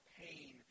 pain